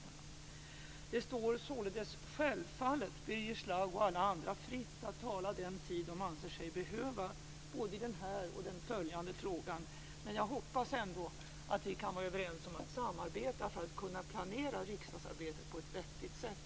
Självfallet står det således Birger Schlaug och alla andra fritt att tala den tid som de anser sig behöva, både i denna fråga och i följande frågor. Men jag hoppas ändå att vi kan vara överens om att samarbeta för att kunna planera riksdagsarbetet på ett vettigt sätt.